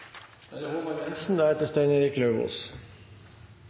Da er det